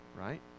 right